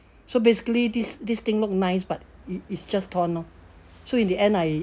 so basically this this thing look nice but it it's just torn lor so in the end I